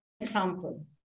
example